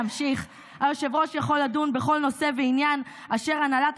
אמשיך: היושב-ראש יכול לדון בכל נושא ועניין אשר הנהלת